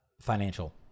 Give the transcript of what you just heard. financial